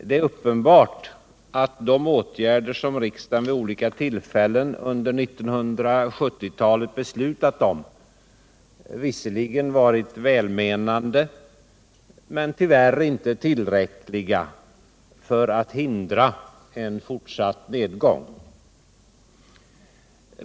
Det är uppenbart att de åtgärder som riksdagen vid olika tillfällen under 1970-talet beslutat om visserligen varit välmenande, men tyvärr inte tillräckliga för att hindra en fortsatt nedgång.